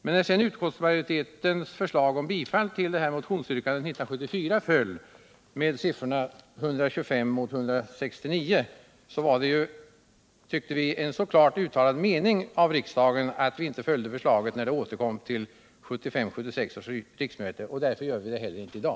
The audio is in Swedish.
Men när sedan utskottsmajoritetens förslag om bifall till motionsyrkandet år 1974 föll — med siffrorna 125 mot 169 — var det, tyckte vi, en så klart uttalad mening av riksdagen att vi inte biträdde förslaget när det återkom till 1975/76 års riksmöte, och därför gör vi det inte heller i dag.